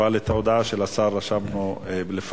אבל את ההודעה של השר רשמנו לפנינו.